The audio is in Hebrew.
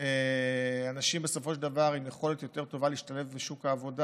אנשים עם יכולת יותר טובה להשתלב בשוק העבודה,